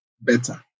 better